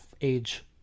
age